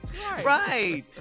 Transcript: Right